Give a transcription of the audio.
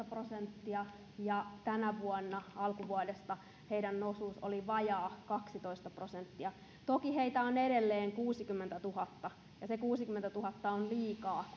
prosenttia vuonna kaksituhattaviisitoista ja tänä vuonna alkuvuodesta heidän osuus oli vajaa kaksitoista prosenttia toki heitä on edelleen kuusikymmentätuhatta ja se kuusikymmentätuhatta on liikaa